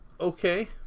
Okay